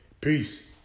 Peace